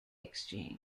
exchange